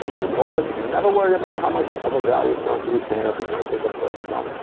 they bought it. never worried about how much of a value it's going to retain, or if it's gonna take a further dump.